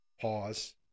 Pause